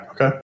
okay